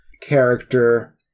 character